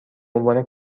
عنوان